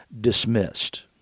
dismissed